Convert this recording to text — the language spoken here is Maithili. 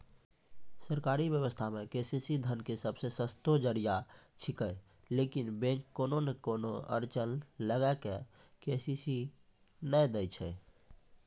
सरकारी व्यवस्था मे के.सी.सी धन के सबसे सस्तो जरिया छिकैय लेकिन बैंक कोनो नैय कोनो अड़चन लगा के के.सी.सी नैय दैय छैय?